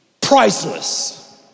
priceless